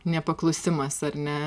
nepaklusimas ar ne